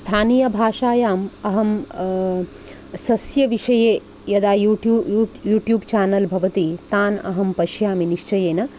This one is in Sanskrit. स्थानीयभाषायाम् अहं सस्यविषये यदा यूट्यू यूट् यूट्यूब् चेनल् भवति तान् अहं पश्यामि निश्चयेन